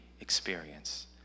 experience